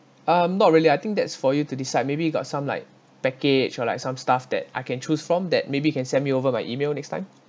um not really I think that's for you to decide maybe got some like package or like some stuff that I can choose from that maybe you can send me over my E-mail next time